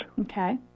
Okay